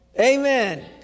amen